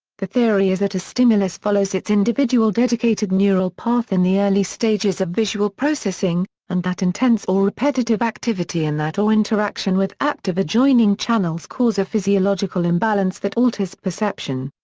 the theory is that a stimulus follows its individual dedicated neural path in the early stages of visual processing, and that intense or repetitive activity in that or interaction with active adjoining channels cause a physiological imbalance that alters perception.